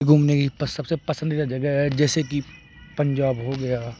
घूमने की सबसे पसंदीदा जगह जैसे कि पंजाब हो गया